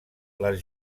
les